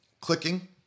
clicking